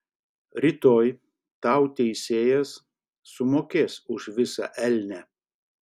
rytoj tau teisėjas sumokės už visą elnią